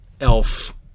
elf